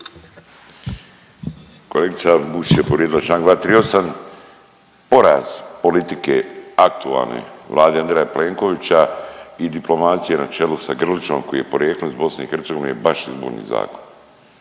Kolegica Bušić je povrijedila članak 238. Poraz politike aktualne Vlade Andreja Plenkovića i diplomacije na čelu sa Grlićom koji je porijeklom iz BiH vaš Izborni zakon.